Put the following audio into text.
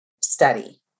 study